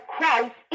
Christ